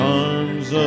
arms